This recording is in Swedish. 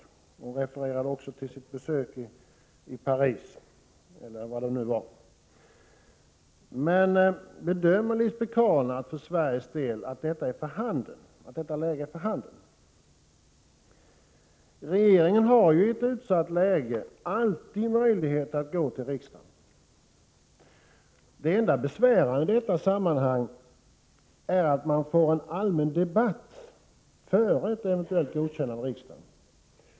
Hon refererade också till sitt besök i Paris, eller var det nu var någonstans. Men bedömer Lisbet Calner det så, att detta läge är för handen för Sveriges del? Regeringen har ju i ett utsatt läge alltid möjlighet att gå till riksdagen. Det enda besvärande i detta sammanhang är att man får en allmän debatt före ett eventuellt godkännande av riksdagen.